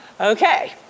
okay